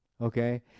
okay